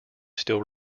still